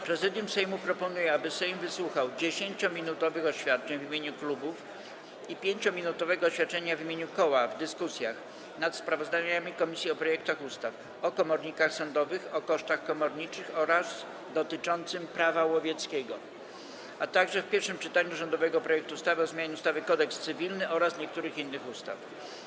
Prezydium Sejmu proponuje, aby Sejm wysłuchał 10-minutowych oświadczeń w imieniu klubów i 5-minutowego oświadczenia w imieniu koła w dyskusjach: - nad sprawozdaniami komisji o projektach ustaw: o komornikach sądowych, o kosztach komorniczych oraz projekcie dotyczącym Prawa łowieckiego, - w pierwszym czytaniu rządowego projektu ustawy o zmianie ustawy Kodeks cywilny oraz niektórych innych ustaw.